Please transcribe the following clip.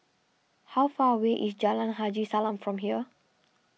how far away is Jalan Haji Salam from here